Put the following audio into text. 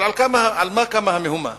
אבל על מה קמה המהומה,